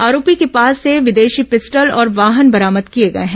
आरोपी के पास से विदेशी पिस्टल और वाहन बरामद किया गया है